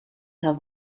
have